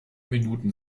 minuten